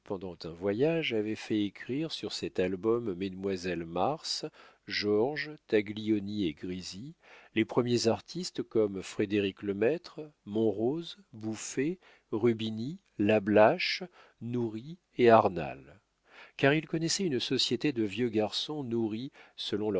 un voyage avait fait écrire sur cet album mesdemoiselles mars georges taglioni et grisi les premiers artistes comme frédérick-lemaître monrose bouffé rubini lablache nourrit et arnal car il connaissait une société de vieux garçons nourris selon